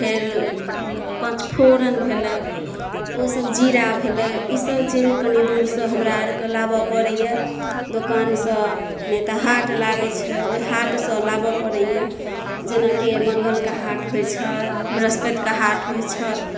फेर पचफोरन भेलै ओसब जीरा भेलै ई सब चीज कनी दूरसँ हमरा आरके लाबऽ पड़ैया दोकानसँ नहि तऽ हाट लागै छै ओहि हाट सँ लाबऽ पड़ैया जेनाकि मङ्गलके हाट होइ छै बृहस्पति कऽ हाट होइ छै